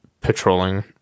patrolling